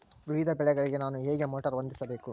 ವಿವಿಧ ಬೆಳೆಗಳಿಗೆ ನಾನು ಹೇಗೆ ಮೋಟಾರ್ ಹೊಂದಿಸಬೇಕು?